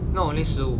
那我那时候